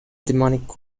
demonic